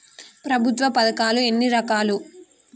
ప్రభుత్వ పథకాలు ఎన్ని రకాలు?